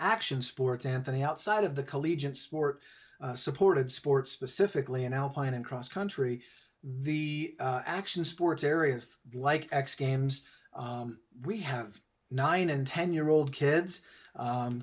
action sports anthony outside of the collegiate sport supported sports specifically in alpine and cross country the action sports areas like x games we have nine and ten year old kids